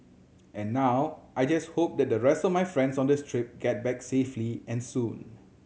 and now I just hope that the rest of my friends on this trip get back safely and soon